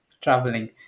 traveling